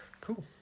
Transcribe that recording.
Cool